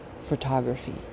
photography